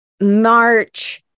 March